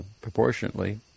proportionately